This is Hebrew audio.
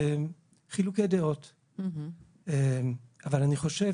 חילוקי דעות, אבל אני חושב